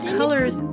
colors